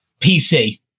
PC